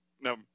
No